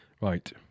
Right